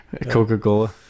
Coca-Cola